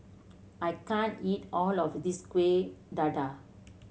I can't eat all of this Kueh Dadar